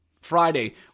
Friday